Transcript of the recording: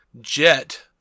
Jet